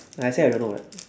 I say I don't know [what]